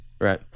Right